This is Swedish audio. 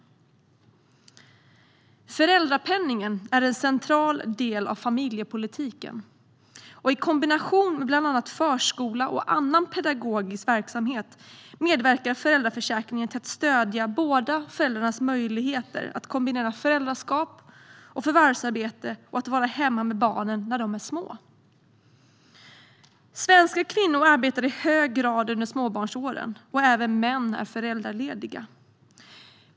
Föräldrapenningen är en central del av familjepolitiken, och i kombination med bland annat förskola och annan pedagogisk verksamhet medverkar föräldraförsäkringen till att stödja båda föräldrarnas möjligheter att kombinera föräldraskap och förvärvsarbete genom möjligheten att vara hemma med barnen när de är små. Svenska kvinnor arbetar i hög grad under småbarnsåren, och även män är föräldralediga.